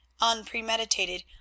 unpremeditated